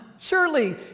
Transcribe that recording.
Surely